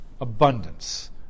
abundance